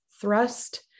thrust